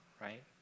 right